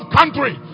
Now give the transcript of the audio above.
country